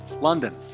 London